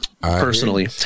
personally